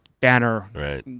Banner